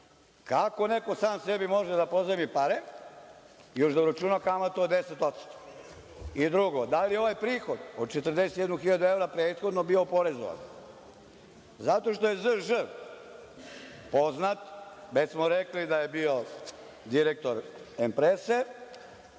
kako neko sam sebi može da pozajmi pare, još da uračuna kamatu od 10%? I drugo, da li je ovaj prihod od 41.000 evra prethodno bio oporezovan? Zato što je Z.Ž. poznat, već smo rekli da je bio direktor „Emprese“